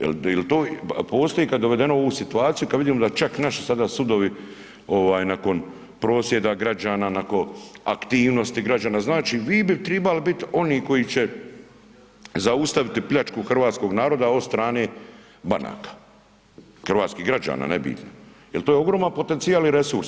Jel postoji kad je dovedeno u ovu situaciju kad vidimo da čak naši sada sudovi ovaj nakon prosvjeda građana, nakon aktivnosti građana znači vi bi tribali biti oni koji će zaustaviti pljačku hrvatskog naroda od strane banaka, hrvatskih građana …/nerazumljivo/… jer to je ogroman potencijal i resur.